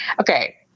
okay